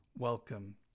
Welcome